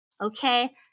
okay